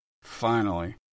Finally